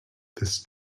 this